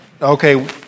Okay